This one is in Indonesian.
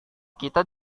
kita